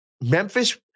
Memphis